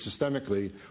systemically